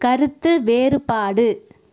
கருத்து வேறுபாடு